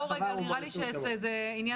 אני לא אומר שזה לא